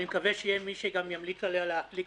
אני מקווה שיהיה מי שגם ימליץ עליה להדליק